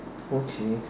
okay